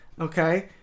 Okay